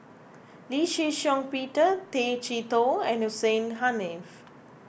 Lee Shih Shiong Peter Tay Chee Toh and Hussein Haniff